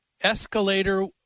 Escalator